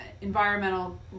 environmental